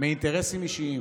מאינטרסים אישיים